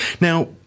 Now